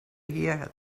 hear